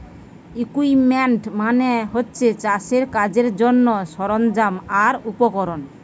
equipment মানে হচ্ছে চাষের কাজের জন্যে সরঞ্জাম আর উপকরণ